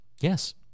Yes